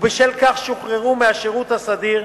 ובשל כך שוחררו מהשירות הסדיר,